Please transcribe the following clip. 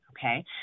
okay